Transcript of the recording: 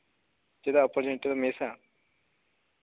ᱪᱮᱫᱟᱜ ᱚᱯᱚᱨᱪᱩᱱᱤᱴᱤ ᱯᱮ ᱢᱤᱥᱟ